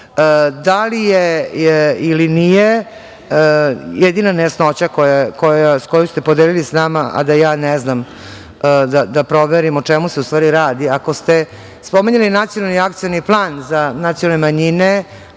li je ili nije, jedina nejasnoća koju ste podelili sa nama, a da ja ne znam, da proverim o čemu se u stvari radi. Ako ste spominjali Nacionalni akcioni plan za nacionalne manjine